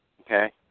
okay